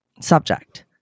Subject